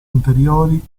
anteriori